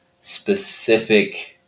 specific